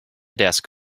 desk